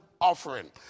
offering